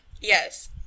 Yes